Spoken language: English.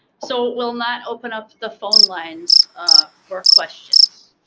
so we'll not open up the phone lines for questions.